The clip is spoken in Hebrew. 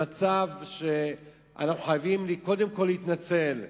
למצב שאנחנו חייבים קודם כול להתנצל,